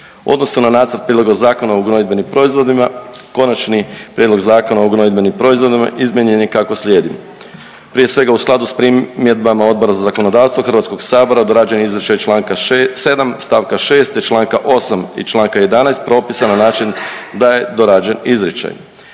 odnosu na Nacrt prijedloga Zakona o gnojidbenim proizvodima Konačni prijedlog Zakona o gnojidbenim proizvodima izmijenjen je kako slijedi. Prije svega u skladu s primjedbama Odbora za zakonodavstvo Hrvatskog sabora dorađen je izričaj Članka 7. stavka 6. te Članka 8. i Članka 11. propisan na način da je dorađen izričaj.